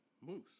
Moose